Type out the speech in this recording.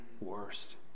worst